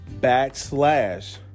backslash